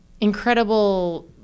incredible